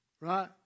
right